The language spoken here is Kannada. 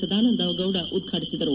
ಸದಾನಂದಗೌದ ಉದ್ಘಾಟಿಸಿದರು